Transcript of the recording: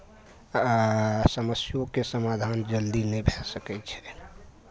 आ समस्योके समाधान जलदी नहि भए सकै छै